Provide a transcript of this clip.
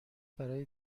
برای